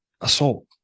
assault